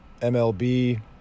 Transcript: MLB